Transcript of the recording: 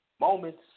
Moments